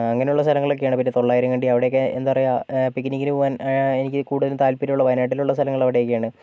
അങ്ങനെയുള്ള സ്ഥലങ്ങളൊക്കെയാണ് പിന്നെ തൊള്ളായിരം കണ്ടി അവിടെയൊക്കെ എന്താ പറയാ പിക്നിക്കിന് പോവാൻ എനിക്ക് കൂടുതലും താല്പര്യമുള്ള വയനാട്ടിലുള്ള സ്ഥലങ്ങളവിടെയൊക്കെയാണ്